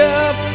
up